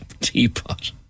teapot